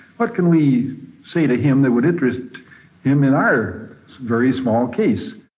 what can we say to him that would interest him in our very small case?